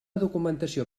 documentació